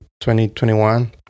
2021